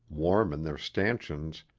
warm in their stanchions,